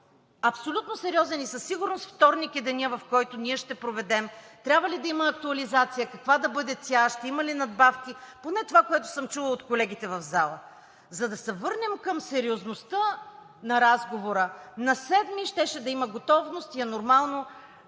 абсолютно сериозен и със сигурност вторник е денят, в който ние ще проведем трябва ли да има актуализация, каква да бъде тя, ще има ли надбавки, поне това, което съм чула от колегите в залата. За да се върнем към сериозността на разговора, на 7-ми щеше да има готовност и е нормално